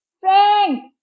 Frank